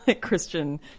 christian